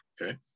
Okay